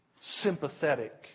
Sympathetic